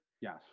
Yes